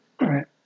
Right